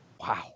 Wow